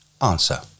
Answer